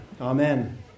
Amen